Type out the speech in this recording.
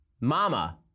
Mama